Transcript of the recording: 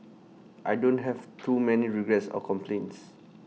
I don't have too many regrets or complaints